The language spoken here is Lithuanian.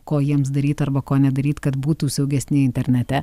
ko jiems daryt arba ko nedaryt kad būtų saugesni internete